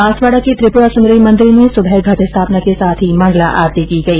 बांसवाडा के त्रिपुरा सुंदरी मंदिर में सुबह घट स्थापना के साथ मंगला आरती की गई